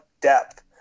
depth